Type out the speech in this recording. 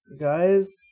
guys